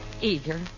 Eager